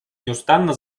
неустанно